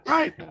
Right